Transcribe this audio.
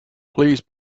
please